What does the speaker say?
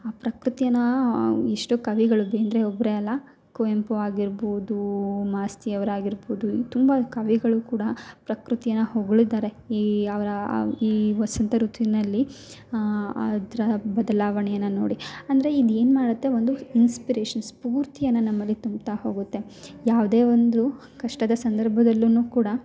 ಆ ಪ್ರಕೃತಿಯನ್ನ ಎಷ್ಟೋ ಕವಿಗಳು ಬೇಂದ್ರೆ ಒಬ್ಬರೆ ಅಲ್ಲ ಕುವೆಂಪು ಆಗಿರ್ಬೋದೂ ಮಾಸ್ತಿ ಅವ್ರು ಆಗಿರ್ಬೋದು ತುಂಬ ಕವಿಗಳು ಕೂಡ ಪ್ರಕೃತಿಯನ್ನು ಹೊಗಳಿದ್ದಾರೆ ಈ ಅವರ ಈ ವಸಂತ ಋತುವಿನಲ್ಲಿ ಆದ್ರೆ ಬದಲಾವಣೆಯನ್ನು ನೋಡಿ ಅಂದರೆ ಇದು ಏನು ಮಾಡುತ್ತೆ ಒಂದು ಇನ್ಸ್ಪಿರೇಷನ್ ಸ್ಫೂರ್ತಿಯನ್ನು ನಮ್ಮಲ್ಲಿ ತುಂಬುತ್ತಾ ಹೋಗುತ್ತೆ ಯಾವುದೇ ಒಂದು ಕಷ್ಟದ ಸಂದರ್ಭದಲ್ಲೂ ಕೂಡ